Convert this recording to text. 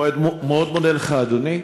אני מאוד מודה לך, אדוני.